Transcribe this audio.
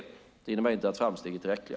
Men det innebär inte att framstegen är tillräckliga.